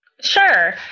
Sure